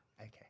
okay